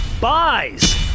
buys